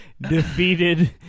defeated